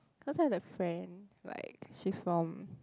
cause I have the friend like she is from